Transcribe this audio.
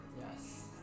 Yes